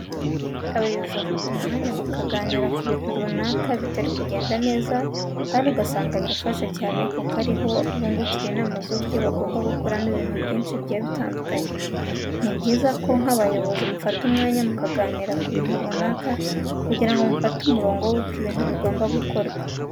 Abayobozi bafata umwanya bakaganira ku bintu runaka bitari kugenda neza kandi ugasanga birafasha cyane kuko ari ho bungukira inama z'uburyo bagomba gukoramo ibintu byinshi bigiye bitandukanye. Ni byiza ko nk'abayobozi mufata umwanya mukaganira ku bintu runaka kugira ngo mufate umurongo wuko ibintu bigomba gukorwa.